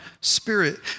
spirit